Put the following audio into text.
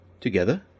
Together